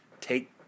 take